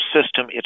system